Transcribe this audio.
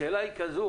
השאלה היא כזו